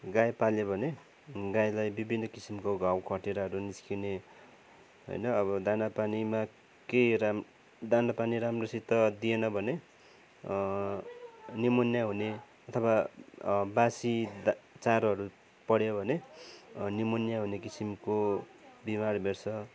गाई पाल्यो भने गाईलाई विभिन्न किसिमको घाउ खटिराहरू निस्किने होइन अब दाना पानीमा के राम दाना पानी राम्रोसित दिएन भने निमोनिया हुने अथवा बासी चारोहरू पर्यो भने निमोनिया हुने किसिमको बिमार भेट्छ